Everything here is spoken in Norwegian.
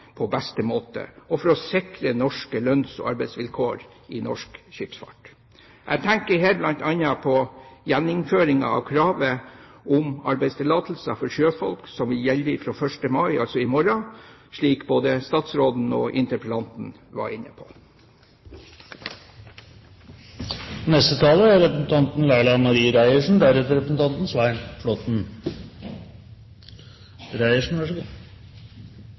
på beste måte, og for å sikre norske lønns- og arbeidsvilkår i norsk skipsfart. Jeg tenker her bl.a. på gjeninnføringen av kravet om arbeidstillatelser for sjøfolk, som vil gjelde fra 1. mai, altså i morgen, slik både statsråden og interpellanten var inne på.